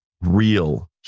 real